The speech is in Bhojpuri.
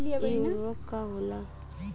इ उर्वरक का होला?